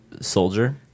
soldier